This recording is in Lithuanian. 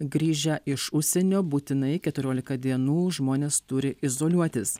grįžę iš užsienio būtinai keturiolika dienų žmonės turi izoliuotis